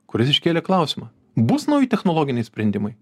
kuris iškėlė klausimą bus nauji technologiniai sprendimai